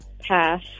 Pass